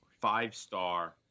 five-star